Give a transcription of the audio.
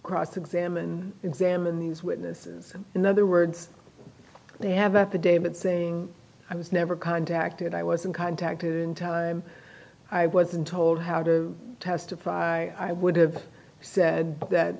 cross examined examine these witnesses and in other words they have that the david saying i was never contacted i wasn't contacted in time i wasn't told how to testify i would have said that